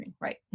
right